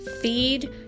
Feed